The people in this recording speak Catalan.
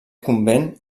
convent